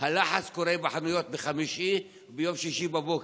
הלחץ קורה בחנויות בחמישי וביום שישי בבוקר.